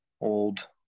old